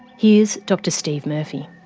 here's dr steve murphy.